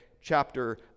chapter